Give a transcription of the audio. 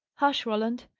hush, roland!